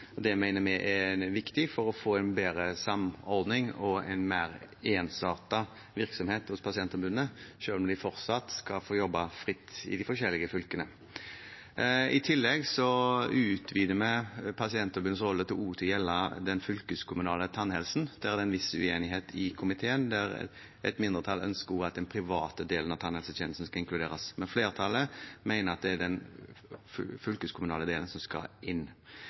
Det mener vi er viktig for å få bedre samordning og en mer ensartet virksomhet hos pasientombudene, selv om de fortsatt skal få jobbe fritt i de forskjellige fylkene. I tillegg utvider vi pasientombudenes rolle til også å gjelde den fylkeskommunale tannhelsen. Der er det en viss uenighet i komiteen. Et mindretall ønsker at også den private delen av tannhelsetjenesten skal inkluderes, mens flertallet mener at det er den fylkeskommunale delen som skal inn.